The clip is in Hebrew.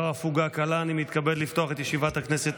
לאחר הפוגה קלה, אני מתכבד לפתוח את ישיבת הכנסת.